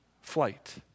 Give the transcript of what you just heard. flight